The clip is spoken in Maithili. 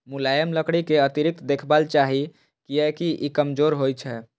मुलायम लकड़ी कें अतिरिक्त देखभाल चाही, कियैकि ई कमजोर होइ छै